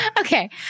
Okay